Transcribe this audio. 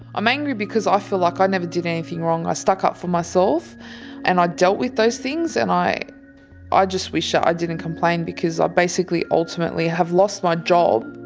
i'm angry because i feel like i never did anything wrong. i stuck up for myself and i dealt with those things, and i i just wish ah that i didn't complain because i basically ultimately have lost my job.